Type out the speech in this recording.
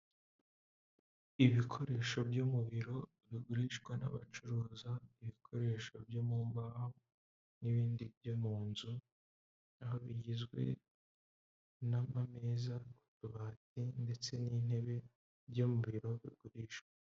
Ibikoresho byo mu biro bigurishwa n'abacuruza ibikoresho byo mu mbahoho n'ibindi byo mu nzu aho bigizwe n'ama ameza, utubati ndetse n'intebe byo mu biro bigurishwa.